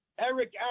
Eric